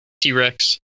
t-rex